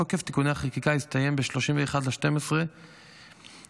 תוקף תיקוני החקיקה יסתיים ב-31 בדצמבר 2024,